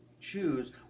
choose